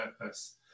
purpose